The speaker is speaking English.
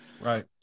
right